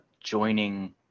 joining